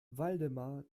waldemar